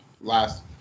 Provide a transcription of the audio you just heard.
last